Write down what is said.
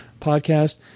podcast